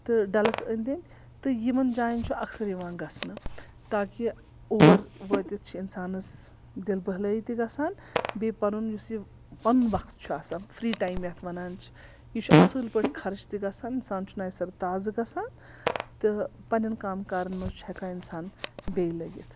تہٕ ڈَلَس أنٛدۍ أنٛدۍ تہٕ یِمَن جایَن چھُ اکثر یِوان گژھنہٕ تاکہِ اور وٲتِتھ چھِ اِنسانَس دِل بہلٲی تہِ گژھان بیٚیہِ پَنُن یُس یہِ پَنُن وقت چھُ آسان فرٛی ٹایم یَتھ وَنان چھِ یہِ چھُ اصۭل پٲٹھۍ خرٕچ تہِ گژھان اِنسان چھُ نیہِ سَرٕ تازٕ گژھان تہٕ پَنٕنٮ۪ن کام کارَن منٛز چھُ ہٮ۪کان اِنسان بیٚیہِ لٔگِتھ